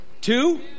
Two